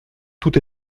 tout